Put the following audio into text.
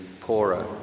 poorer